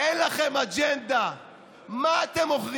הוא פוגע בעצמו.